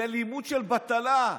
זה לימוד של בטלה.